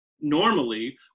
normally